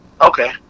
Okay